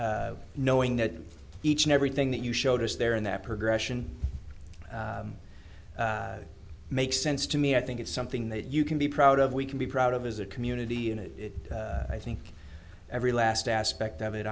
knowing that each and every thing that you showed us there in that progression makes sense to me i think it's something that you can be proud of we can be proud of as a community and i think every last aspect of it